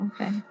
Okay